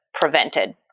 prevented